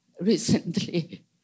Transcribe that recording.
recently